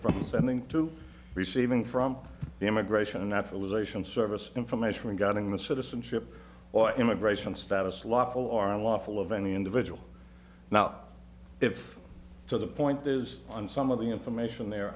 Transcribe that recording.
from sending to receiving from the immigration and naturalization service information regarding the citizenship or immigration status lawful or unlawful of any individual now if so the point is and some of the information there